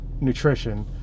nutrition